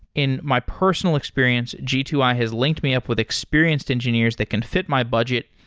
in my personal experience, g two i has linked me up with experienced engineers that can fit my budget,